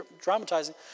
dramatizing